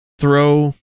throw